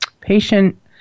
patient